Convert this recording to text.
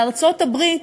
בארצות-הברית,